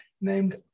named